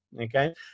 Okay